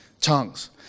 tongues